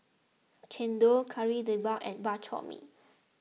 Chendol Kari Debal and Bak Chor Mee